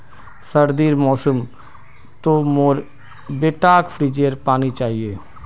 सर्दीर मौसम तो मोर बेटाक फ्रिजेर पानी चाहिए